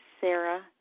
Sarah